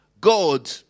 God